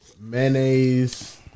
Mayonnaise